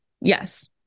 Yes